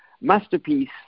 Masterpiece